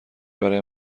برای